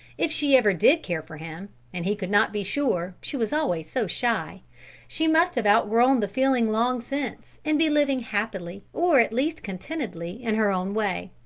if she ever did care for him and he could not be sure, she was always so shy she must have outgrown the feeling long since, and be living happily, or at least contentedly, in her own way.